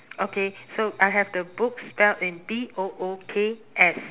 okay so I have the books spelled in B O O K S